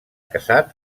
casat